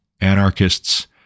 anarchists